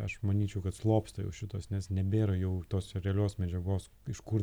aš manyčiau kad slopsta jau šitos nes nebėra jau tos realios medžiagos iš kur